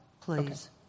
Please